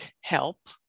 help